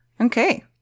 Okay